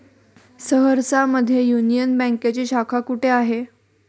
सहरसा मध्ये युनियन बँकेची शाखा कुठे आहे?